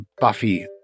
Buffy